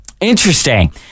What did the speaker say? Interesting